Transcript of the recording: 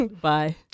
Bye